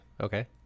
Okay